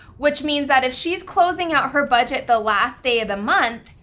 which means that if she's closing out her budget the last day of the month,